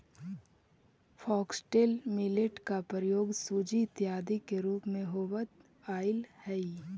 foxtail millet का प्रयोग सूजी इत्यादि के रूप में होवत आईल हई